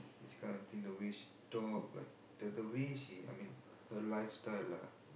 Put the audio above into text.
this kind of thing the way she talk like the the way she I mean her lifestyle lah